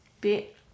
Bit